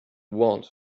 want